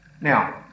Now